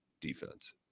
defense